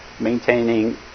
maintaining